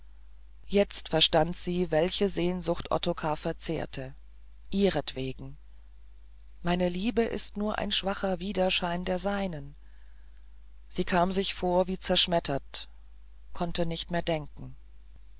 jetzt verstand sie welche sehnsucht ottokar verzehrte ihretwegen meine liebe ist nur ein schwacher widerschein der seinen sie kam sich vor wie zerschmettert konnte nicht mehr denken